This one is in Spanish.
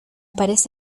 parece